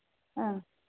ओं